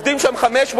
ועובדים שם 500,